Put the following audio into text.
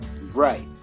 right